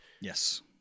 Yes